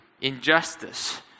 injustice